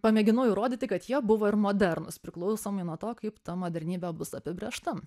pamėginau įrodyti kad jie buvo ir modernūs priklausomai nuo to kaip ta modernybė bus apibrėžta